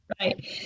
Right